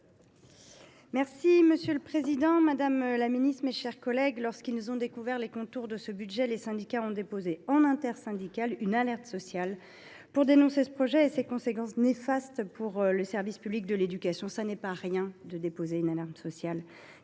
Monsieur le président, madame, monsieur les ministres, mes chers collègues, lorsqu’ils ont découvert les contours de ce budget, les syndicats ont déposé, en intersyndicale, une alerte sociale pour en dénoncer le contenu et ses conséquences néfastes pour le service public de l’éducation. Ce n’est pas rien ! C’est le signe